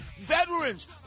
Veterans